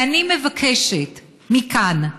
ואני מבקשת מכאן,